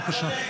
בבקשה.